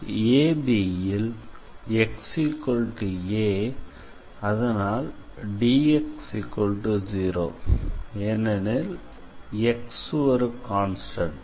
ABல் xa அதனால் dx0 ஏனெனில் x ஒரு கான்ஸ்டண்ட்